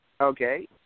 Okay